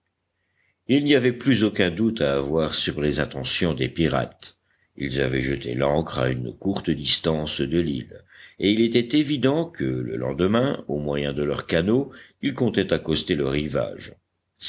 il n'y avait plus aucun doute à avoir sur les intentions des pirates ils avaient jeté l'ancre à une courte distance de l'île et il était évident que le lendemain au moyen de leurs canots ils comptaient accoster le rivage